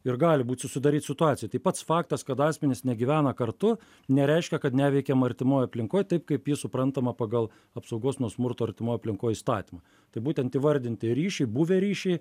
ir gali būt susidaryt situacija tai pats faktas kad asmenys negyvena kartu nereiškia kad neveikiama artimoj aplinkoj taip kaip jį suprantama pagal apsaugos nuo smurto artimoj aplinkoj įstatymą tai būtent įvardinti ryšiai buvę ryšiai